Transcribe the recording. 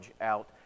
out